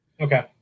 Okay